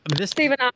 Stephen